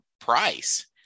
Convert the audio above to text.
price